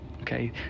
Okay